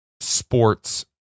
sports